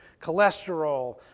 cholesterol